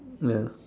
ya